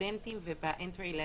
בסטודנטים וב-entry level.